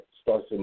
starts